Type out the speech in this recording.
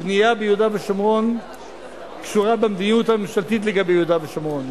הבנייה ביהודה ושומרון קשורה למדיניות הממשלתית לגבי יהודה ושומרון.